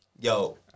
Yo